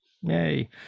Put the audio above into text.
Yay